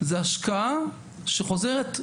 זה השקעה שחוזרת,